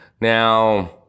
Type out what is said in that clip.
Now